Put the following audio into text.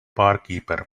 barkeeper